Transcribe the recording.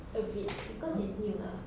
a bit because it's new lah